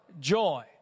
joy